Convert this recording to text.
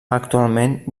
actualment